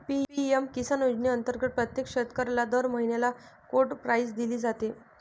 PM Kisan योजनेअंतर्गत प्रत्येक शेतकऱ्याला दर महिन्याला कोड प्राईज दिली जाते